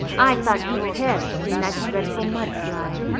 i thought you perished in that dreadful mudslide.